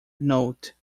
note